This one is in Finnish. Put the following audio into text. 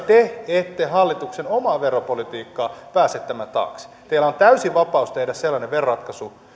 ette hallituksen omaa veropolitiikkaa pääse pakoon tämän taakse teillä on täysi vapaus tehdä sellainen veroratkaisu